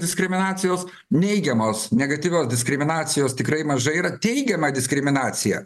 diskriminacijos neigiamos negatyvios diskriminacijos tikrai mažai yra teigiama diskriminacija